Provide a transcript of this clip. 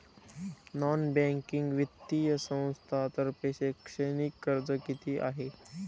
Non banking वित्तीय संस्थांतर्फे शैक्षणिक कर्ज किती आहे?